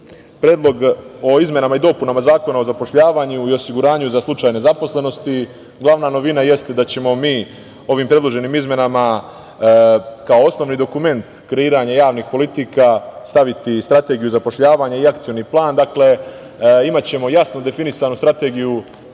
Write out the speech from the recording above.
Predlog o izmenama i dopunama Zakona o zapošljavanju i osiguranju za slučaj nezaposlenosti. Glavna novina jeste da ćemo mi ovim predloženim izmenama kao osnovni dokument kreiranja javnih politika staviti strategiju zapošljavanja i akcioni plan. Dakle, imaćemo jasno definisanu strategiju